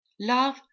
Love